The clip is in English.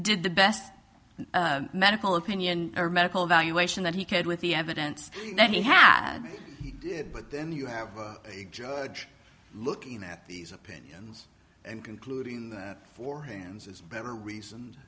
did the best medical opinion or medical evaluation that he could with the evidence that he had he did but then you have a judge looking at these opinions and concluding that forehands is better reason